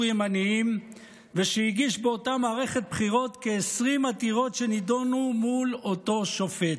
ימניים ושהגיש באותה מערכת בחירות כ-20 עתירות שנדונו מול אותו שופט.